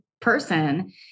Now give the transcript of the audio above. person